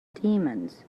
demons